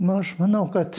nu aš manau kad